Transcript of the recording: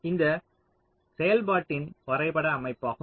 இது இந்த செயல்பாட்டின் வரைபட அமைப்பாகும்